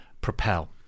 propel